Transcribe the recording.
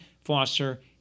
foster